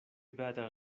better